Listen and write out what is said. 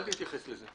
אל תתייחס לזה.